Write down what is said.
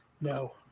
No